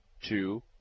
two